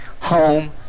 home